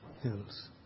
Hills